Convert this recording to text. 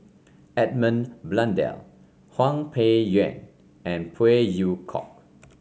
Edmund Blundell Hwang Peng Yuan and Phey Yew Kok